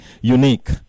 unique